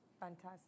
fantastic